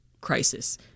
crisis